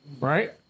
right